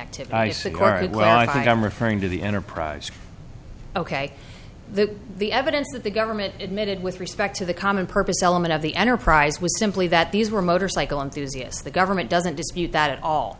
active ice acquired well i think i'm referring to the enterprise ok the the evidence that the government admitted with respect to the common purpose element of the enterprise was simply that these were motorcycle enthusiasts the government doesn't dispute that at all